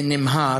ונמהר,